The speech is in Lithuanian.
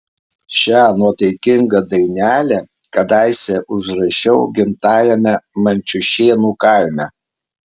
šią nuotaikingą dainelę kadaise užrašiau gimtajame mančiušėnų kaime